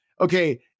okay